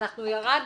אנחנו ירדנו?